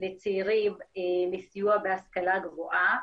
לצעירים לסיוע בהשכלה גבוהה,